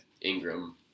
Ingram